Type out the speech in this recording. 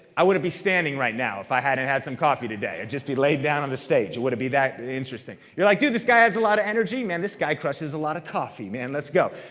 i wouldn't be standing right now if i hadn't had some coffee today. i'd just be laid down on the stage it wouldn't be that interesting. you're like, dude this guy has a lot of energy. this guy crushes a lot of coffee, man let's go.